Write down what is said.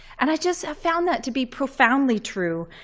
and i just have found that to be profoundly true.